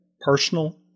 personal